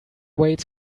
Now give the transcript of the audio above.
weights